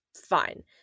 Fine